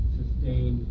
sustain